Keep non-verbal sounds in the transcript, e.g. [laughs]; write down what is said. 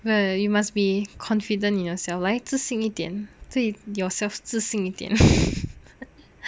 err you must be confident in yourself 来自信一点对 yourself 自信一点 [laughs]